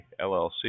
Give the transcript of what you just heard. LLC